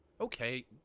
okay